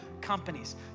companies